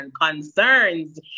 concerns